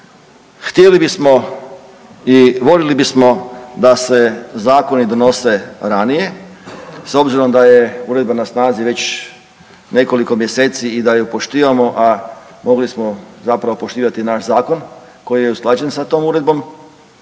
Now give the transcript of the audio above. htjeli bismo i voljeli bismo da se zakoni donose ranije s obzirom da je uredba na snazi već nekoliko mjeseci i da ju poštivamo, a mogli smo zapravo poštivati naš zakon koji je usklađen sa tom uredbom,